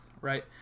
right